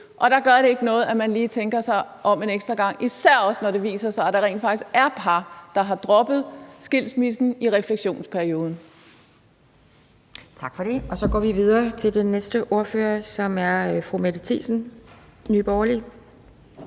Der gør det ikke noget, at man lige tænker sig om en ekstra gang, især ikke, når det viser sig, at der rent faktisk er par, der har droppet skilsmissen i refleksionsperioden. Kl. 12:00 Anden næstformand (Pia Kjærsgaard): Tak for det. Og så går vi videre til den næste ordfører, som er fru Mette Thiesen, Nye Borgerlige.